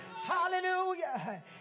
Hallelujah